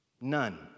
None